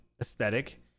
aesthetic